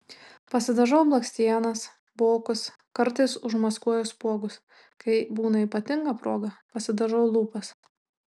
pasidažau blakstienas vokus kartais užmaskuoju spuogus kai būna ypatinga proga pasidažau lūpas